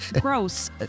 gross